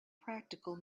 practical